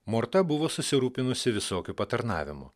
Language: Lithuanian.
morta buvo susirūpinusi visokiu patarnavimu